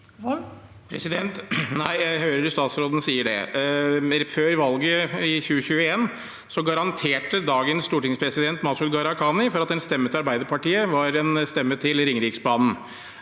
Før valget i 2021 garanterte dagens stortingspresident Masud Gharahkhani for at en stemme til Arbeiderpartiet var en stemme til Ringeriksbanen.